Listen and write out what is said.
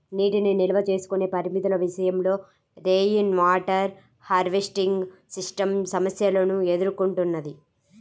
నీటిని నిల్వ చేసుకునే పరిమితుల విషయంలో రెయిన్వాటర్ హార్వెస్టింగ్ సిస్టమ్ సమస్యలను ఎదుర్కొంటున్నది